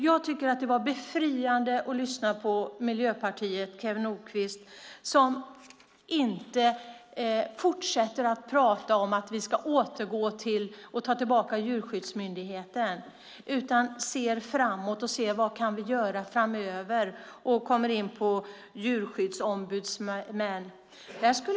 Jag tycker att det var befriande att lyssna på Miljöpartiets Kew Nordqvist, som inte fortsätter att prata om att vi ska återgå till och ta tillbaka Djurskyddsmyndigheten. Han ser i stället framåt, ser till vad vi kan göra framöver och kommer in på djurskyddsombudsmän.